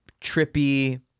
trippy